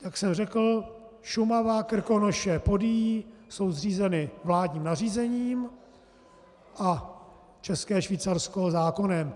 Jak jsem řekl, Šumava, Krkonoše, Podyjí jsou zřízeny vládním nařízením a České Švýcarsko zákonem.